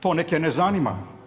To neke ne zanima.